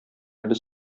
без